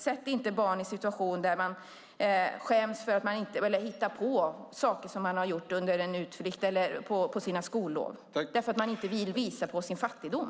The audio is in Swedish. Sätt inte barn i en situation där de skäms och väljer att hitta på saker som de gjort under en utflykt eller ett skollov därför att de inte vill visa sin fattigdom!